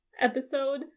episode